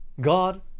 God